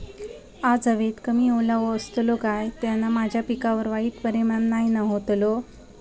आज हवेत कमी ओलावो असतलो काय त्याना माझ्या पिकावर वाईट परिणाम नाय ना व्हतलो?